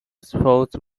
votes